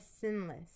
sinless